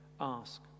ask